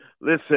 Listen